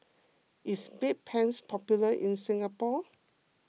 is Bedpans popular in Singapore